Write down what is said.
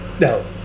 No